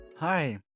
Hi